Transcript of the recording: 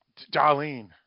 darlene